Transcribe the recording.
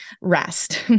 rest